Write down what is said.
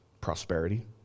Prosperity